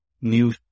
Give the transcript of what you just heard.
new